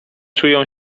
czują